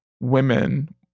women